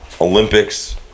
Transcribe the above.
Olympics